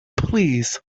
please